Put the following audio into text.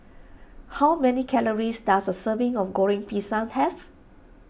how many calories does a serving of Goreng Pisang have